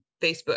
Facebook